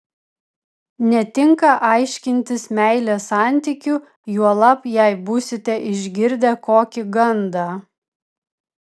netinka aiškintis meilės santykių juolab jei būsite išgirdę kokį gandą